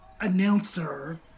Announcer